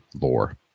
lore